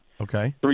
Okay